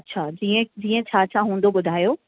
अच्छा जीअं जीअं छा छा हूंदो ॿुधायो